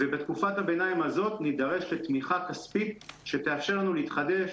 ובתקופת הביניים הזאת נדרש לתמיכה כספית שתאפשר לנו להתחדש,